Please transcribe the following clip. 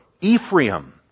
Ephraim